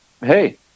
hey